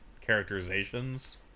characterizations